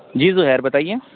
جی زہیر بتائیے